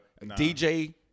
DJ